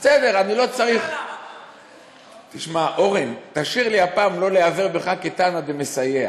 אורן, תרשה לי הפעם לא להיעזר בך כתנא דמסייע